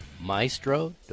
Maestro